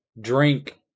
drink